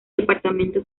departamento